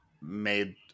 made